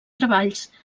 treballs